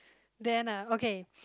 then ah okay